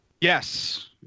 yes